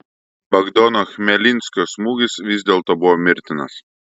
bogdano chmelnickio smūgis vis dėlto buvo mirtinas